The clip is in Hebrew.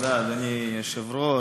אדוני היושב-ראש,